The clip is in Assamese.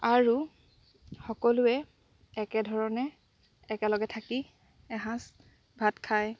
আৰু সকলোৱে একেধৰণে একেলগে থাকি এসাঁজ ভাত খায়